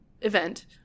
event